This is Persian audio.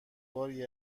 باری